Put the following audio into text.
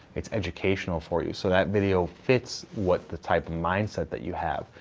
it's educational for you. so that video fits what the type of mindset that you have.